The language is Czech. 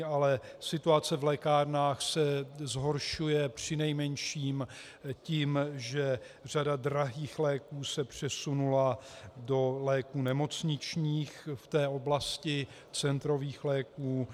Ale situace v lékárnách se zhoršuje přinejmenším tím, že řada drahých léků se přesunula do léků nemocničních v oblasti centrových léků.